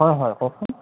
হয় হয় কওকচোন